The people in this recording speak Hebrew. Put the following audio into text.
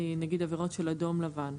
נגיד עבירות של אדום לבן?